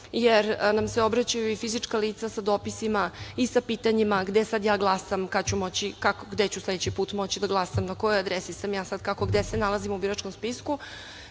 jer nam se obraćaju i fizička lica sa dopisima i sa pitanjima - gde sada ja glasam, kad ću moći, kako, gde ću sledeći put moći da glasam, na kojoj adresi sam ja sad, kako, gde se nalazim u biračkom